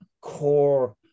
core